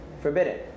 Forbidden